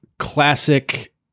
classic